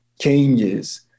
changes